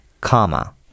comma